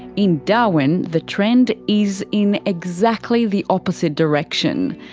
in darwin the trend is in exactly the opposite direction.